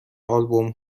آلبوم